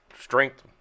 strength